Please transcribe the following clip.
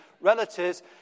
relatives